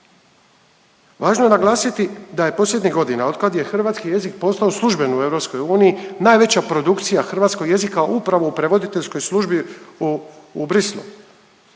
Važno je naglasiti da je posljednjih godina od kad je hrvatski jezik postao služben u EU, najveća produkcija hrvatskog jezika, upravo u prevoditeljskoj službi u Bruxellesu.